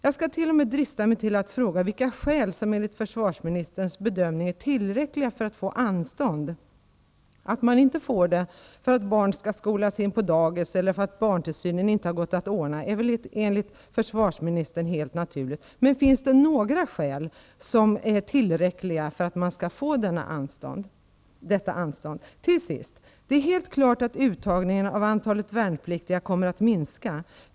Jag skall t.o.m. drista mig till att fråga vilka skäl som enligt försvarsministerns bedömning är tillräckliga för att få anstånd. Att man inte får det för att barn skall skolas in på daghem eller för att barntillsynen inte kunnat ordnas är väl enligt försvarsministern helt naturligt. Men finns det några skäl som är tillräckliga för att man skall få detta anstånd? Till sist: Det är helt klart att uttagningen av antalet värnpliktiga kommer att minska.